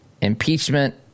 impeachment